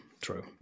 true